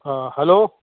hello